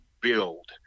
build